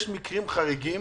יש מקרים חריגים